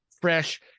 fresh